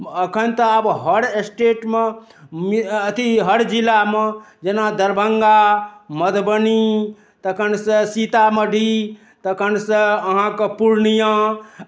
एखन तऽ आब हर स्टेटमे अथी हर जिलामे जेना दरभंगा मधुबनी तखनसँ सीतामढ़ी तखनसँ अहाँकेँ पूर्णियाँ